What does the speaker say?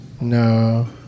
No